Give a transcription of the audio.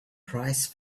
price